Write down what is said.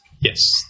Yes